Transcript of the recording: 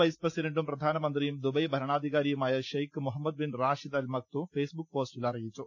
വൈസ്പ്രസി ഡന്റും പ്രധാനമന്ത്രിയും ദുബായ് ഭരണാധികാരിയുമായ Sheikh Mohammed bin Rashid Al Maktoum Facebook പോസ്റ്റിൽ അറിയിച്ചു